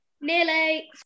Nearly